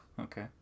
Okay